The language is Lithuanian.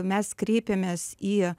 mes kreipėmės į